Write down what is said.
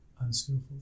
unskillful